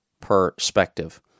perspective